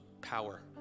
power